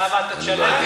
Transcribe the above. למה, אתה תשלם?